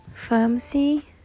pharmacy